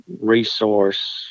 resource